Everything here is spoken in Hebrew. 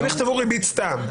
הם יכתבו ריבית סתם.